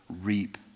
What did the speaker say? reap